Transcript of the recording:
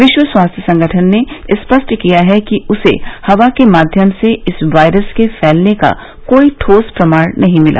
विश्व स्वास्थ्य संगठन ने स्पष्ट किया है कि उसे हवा के माध्यम से इस वायरस के फैलने का कोई ठोस प्रमाण नहीं मिला